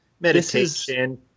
meditation